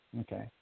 Okay